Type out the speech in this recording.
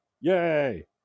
Yay